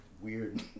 weird